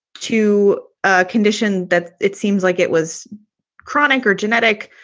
to ah condition that, it seems like it was chronic or genetic.